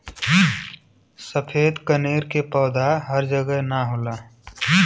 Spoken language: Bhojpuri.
सफ़ेद कनेर के पौधा हर जगह ना होला